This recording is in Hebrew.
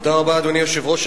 אדוני היושב-ראש,